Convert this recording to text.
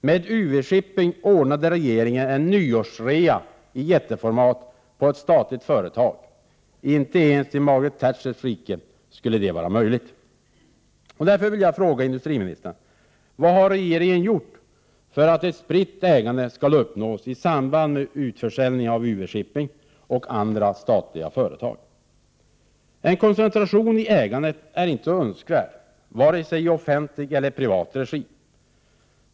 Med UV-Shipping ordnade regeringen en nyårsrea i jätteformat på ett statligt företag. Inte ens i Margaret Thatchers rike skulle detta vara möjligt. En koncentration av ägandet är inte önskvärd i vare sig offentlig eller privat regi.